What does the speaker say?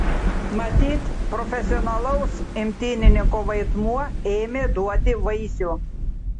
matyt profesionalaus imtynininko vaidmuo ėmė duoti vaisių